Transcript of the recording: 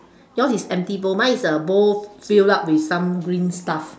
yours is empty bowl mine is a bowl fill up with some green stuff